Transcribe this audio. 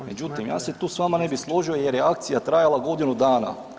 Međutim, ja se tu s vama ne bi složio jer je akcija trajala godinu dana.